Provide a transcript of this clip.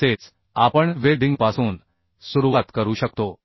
तसेच आपण वेल्डिंगपासून सुरुवात करू शकतो